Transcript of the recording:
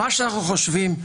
מה שאנו חושבים.